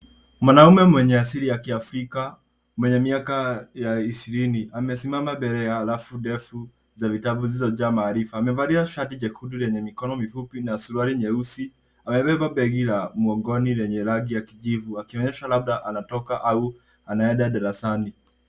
Mwanaume mwenye asili ya kiafrika mwenye miaka ya ishirini amesimama mbele ya rafu ndefu ya vitabu zilizojaa maarifa. Amevalia shati jekundu lenye mikono mifupi na suruali nyeusi. Amebeba begi la mgongoni lenye rangi ya kijivu akionyesha labda anatoka au anaenda darasani.